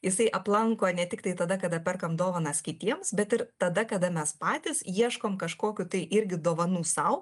jisai aplanko ne tiktai tada kada perkam dovanas kitiems bet ir tada kada mes patys ieškom kažkokių tai irgi dovanų sau